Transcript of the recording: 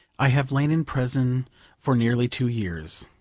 i have lain in prison for nearly two years.